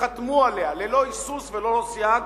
שחתמו עליה ללא היסוס וללא סייג,